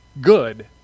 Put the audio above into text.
good